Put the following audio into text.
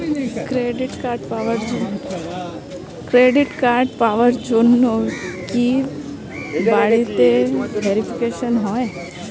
Credit card পাওয়ার জন্য কি বাড়িতে ভেরিফিকেশন হয়?